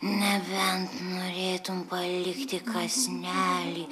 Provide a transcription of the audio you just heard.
nebent norėtum palikti kąsnelį